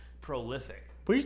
prolific